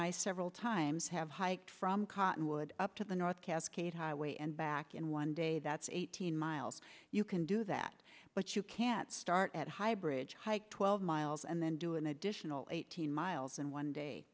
i several times have hiked from cottonwood up to the north cascades highway and back in one day that's eighteen miles you can do that but you can't start at highbridge hike twelve miles and then do an additional eighteen miles and one day